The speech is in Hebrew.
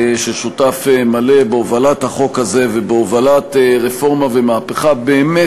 שותף מלא בהובלת החוק הזה ובהובלת רפורמה ומהפכה באמת